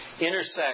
intersect